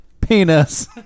Penis